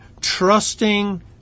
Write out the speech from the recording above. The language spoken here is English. trusting